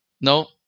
No